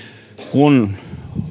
kun